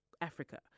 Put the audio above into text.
Africa